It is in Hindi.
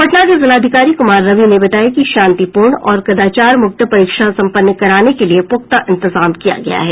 पटना के जिलाधिकारी कुमार रवि ने बताया कि शांतिपूर्ण और कदाचार मुक्त परीक्षा सम्पन्न कराने के लिए पूख्ता इंतजाम किया गया है